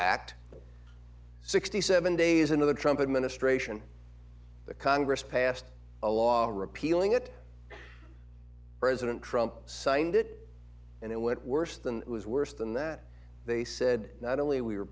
act sixty seven days into the trump administration the congress passed a law on repealing it president trump signed it and it went worse than was worse than that they said not only we